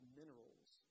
minerals